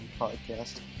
podcast